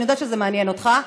אני יודעת שזה מעניין אותך,